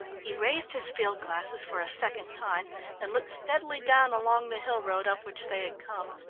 he raised his field glasses for a second time and looked steadily down along the hill road up which they had come.